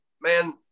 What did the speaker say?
Man